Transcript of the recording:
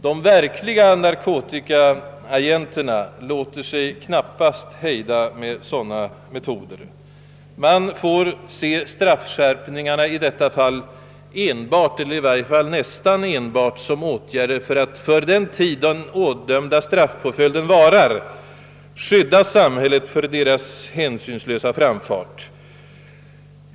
De »stora» narkotikaagenterna låter sig knappast hejdas med sådana metoder. Man får då se straffskärpningarna enbart eller i varje fall nästan enbart som åtgärder för att under en tid som den ådömda straffpåföljden varar skydda samhället mot deras hänsynslösa framfart.